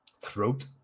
throat